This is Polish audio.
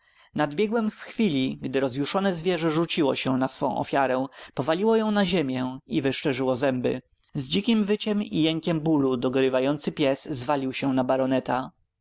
henryka nadbiegłem w chwili gdy rozjuszone zwierzę rzuciło się na swą ofiarę powaliło ją na ziemię i wyszczerzało zęby z dzikiem wyciem i jękiem bólu dogorywający pies zwalił się na baroneta